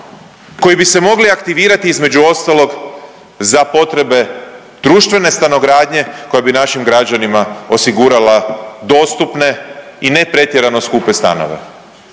koji bi se mogli aktivirati između ostalog za potrebe društvene stanogradnje koja bi našim građanima osigurala dostupne i ne pretjerano skupe stanove,